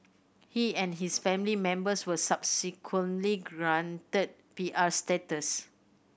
he and his family members were subsequently granted P R status